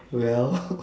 well